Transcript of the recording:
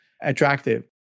attractive